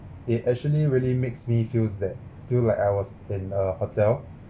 it actually really makes me feels that feel like I was in a hotel